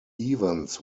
evans